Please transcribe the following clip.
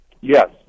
Yes